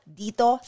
dito